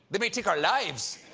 they may take our lives?